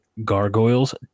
gargoyles